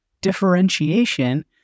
differentiation